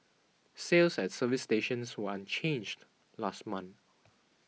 sales at service stations were unchanged last month